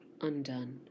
undone